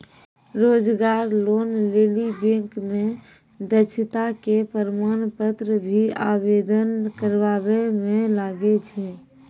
रोजगार लोन लेली बैंक मे दक्षता के प्रमाण पत्र भी आवेदन करबाबै मे लागै छै?